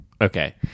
Okay